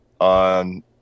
on